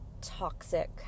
toxic